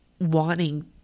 wanting